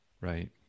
Right